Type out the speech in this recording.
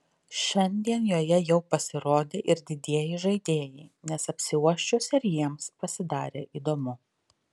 šiandien joje jau pasirodė ir didieji žaidėjai nes apsiuosčius ir jiems pasidarė įdomu